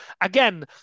again